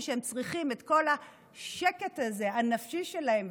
שבו הם צריכים את כל השקט הנפשי הזה שלהם,